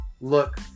look